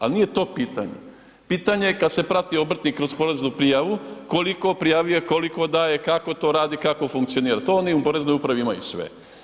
Ali nije to pitanje, pitanje je kada se prati obrtnik kroz poreznoj prijavu, koliko je prijavio, koliko daje, kako to radi i kako funkcioniraju, to oni u Poreznoj upravi imaju sve.